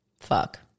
fuck